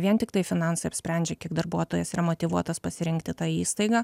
vien tiktai finansai apsprendžia kiek darbuotojas yra motyvuotas pasirinkti tą įstaigą